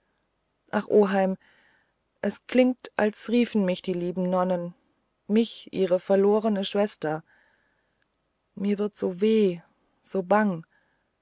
ach oheim es klingt als riefen mich die lieben nonnen mich ihre verlorene schwester mir wird so weh so bang